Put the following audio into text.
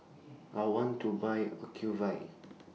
I want to Buy Ocuvite